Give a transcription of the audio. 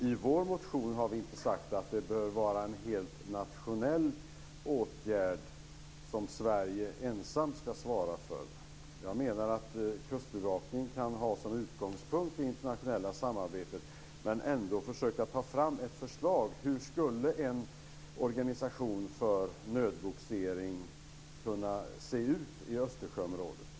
I vår motion har vi inte sagt att det bör vara en helt nationell åtgärd som Sverige ensamt ska svara för. Jag menar att Kustbevakningen kan ha det internationella samarbetet som utgångspunkt men ändå försöka ta fram ett förslag till hur en organisation för nödbogsering skulle kunna se ut i Östersjöomådet.